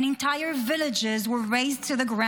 and entire villages were razed to the ground.